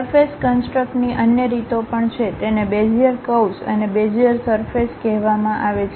surface કન્સટ્રક્ની અન્ય રીતો પણ છે તેને બેઝીઅર કર્વ્સ અને બેઝીઅર સરફેસ કહેવામાં આવે છે